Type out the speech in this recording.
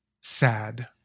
sad